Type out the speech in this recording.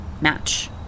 match